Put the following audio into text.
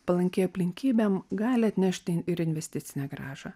palankiai aplinkybėm gali atnešti ir investicinę grąžą